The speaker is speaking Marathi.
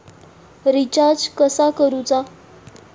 रिचार्ज कसा करूचा?